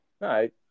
right